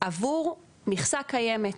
עבור מכסה קיימת,